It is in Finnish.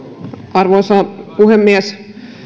arvoisa puhemies